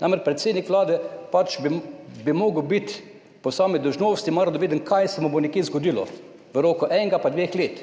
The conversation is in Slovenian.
Namreč, predsednik Vlade bi pač moral biti po sami dolžnosti malo radoveden, kaj se mu bo nekje zgodilo v roku enega ali pa dveh let.